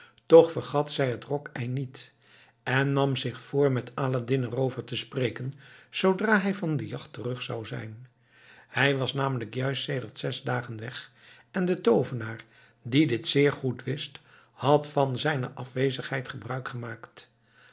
toch vergat zij het rock ei niet en nam zich voor met aladdin erover te spreken zoodra hij van de jacht terug zou zijn hij was namelijk juist sedert zes dagen weg en de toovenaar die dit zeer goed wist had van zijne afwezigheid gebruik gemaakt